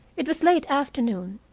it was late afternoon.